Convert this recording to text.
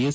S